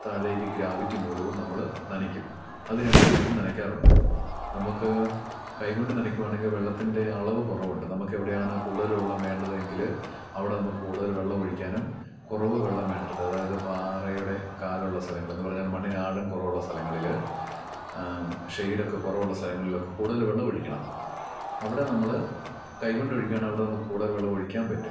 താഴേക്ക് ഗ്രാവിറ്റി മൂലവും നമ്മൾ നനയ്ക്കും അത് രണ്ട് വിധത്തിലും നനയ്ക്കാറുണ്ട് നമുക്ക് കൈ കൊണ്ട് നനക്കുകയാണെങ്കിൽ വെള്ളത്തിൻ്റെ അളവ് കുറവുണ്ട് നമുക്കെവിടെയാണ് കൂടുതൽ വെള്ളം വേണ്ടത് എങ്കിൽ അവിടെ നമുക്ക് കൂടുതൽ വെള്ളം ഒഴിക്കാനും കുറവ് വെള്ളം വേണ്ടത് അതായത് പാറയുടെ കാലുള്ള സ്ഥലങ്ങൾ എന്നു പറഞ്ഞാൽ മണ്ണിന്നാഴം കുറവുള്ള സ്ഥലങ്ങളിൽ ഷെയ്ടൊക്കെ കുറവുള്ള സ്ഥലങ്ങളിലൊക്കെ കൂടുതൽ വെള്ളം ഒഴിക്കണം അവിടെ നമ്മൾ കൈ കൊണ്ട് ഒഴിക്കാനവിടെ നമുക്ക് കൂടുതൽ വെള്ളമൊഴിക്കാൻ പറ്റും